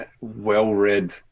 well-read